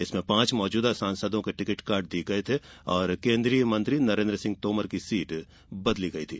इसमें पांच मौजूदा सांसदों के टिकट काट दिए गए थे वहीं केंद्रीय मंत्री नरेंद्र सिंह तोमर की सीट बदल दी गई थी